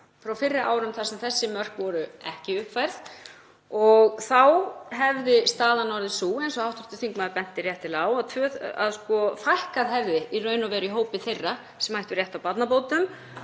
frá fyrri árum þar sem þessi mörk voru ekki uppfærð og þá hefði staðan orðið sú, eins og hv. þingmaður benti réttilega á, að í raun og veru hefði fækkað í hópi þeirra sem ættu rétt á barnabótum,